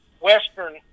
Western